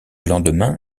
lendemain